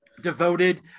devoted